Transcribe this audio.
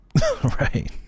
right